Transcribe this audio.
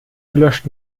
gelöscht